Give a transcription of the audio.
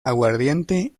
aguardiente